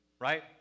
Right